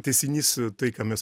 tęsinys tai ką mes